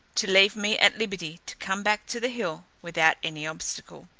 to leave me at liberty to come back to the hill without any obstacle.